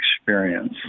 experience